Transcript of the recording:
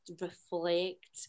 reflect